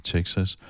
Texas